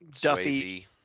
Duffy